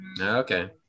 okay